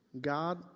God